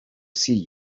see